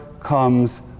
comes